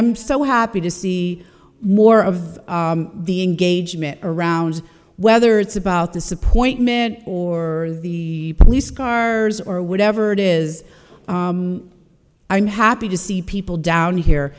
'm so happy to see more of the engagement around whether it's about disappointment or the police cars or whatever it is i'm happy to see people down here